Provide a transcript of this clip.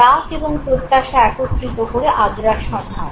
রাগ এবং প্রত্যাশা একত্রিত করে আগ্রাসন হয়